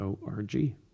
org